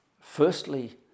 Firstly